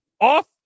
off